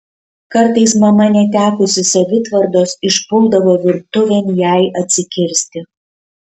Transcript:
kartais mama netekusi savitvardos išpuldavo virtuvėn jai atsikirsti